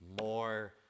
more